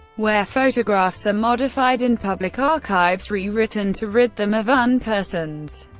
where photographs are modified and public archives rewritten to rid them of unpersons.